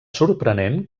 sorprenent